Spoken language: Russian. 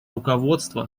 руководства